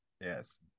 Yes